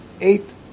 eight